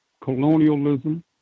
colonialism